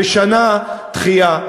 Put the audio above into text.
זה שנה דחייה.